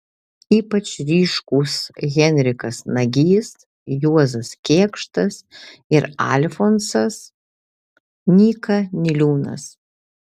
ypač ryškūs henrikas nagys juozas kėkštas ir alfonsas nyka niliūnas